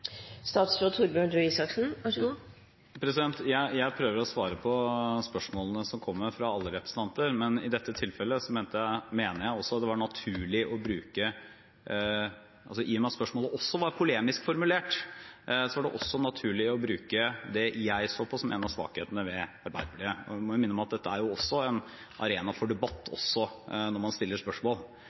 Jeg prøver å svare på spørsmålene som kommer fra alle representanter, men i og med at spørsmålet i dette tilfellet også var polemisk formulert, mente jeg det var naturlig å bruke det jeg så på som en av svakhetene ved Arbeiderpartiet. Man må jo innrømme at dette er en arena for debatt også når man stiller spørsmål.